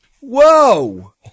Whoa